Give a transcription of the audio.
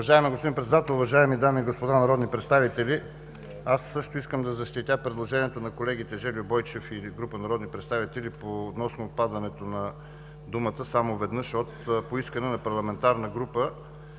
Уважаеми господин Председател, уважаеми дами и господа народни представители! Аз също искам да защитя предложението на колегите Жельо Бойчев и група народни представители относно отпадането на думите „само веднъж по искане на парламентарна група“